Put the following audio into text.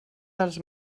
dels